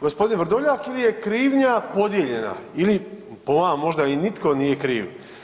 gospodin Vrdoljak ili je krivnja podijeljena ili po vama možda i nitko nije kriv?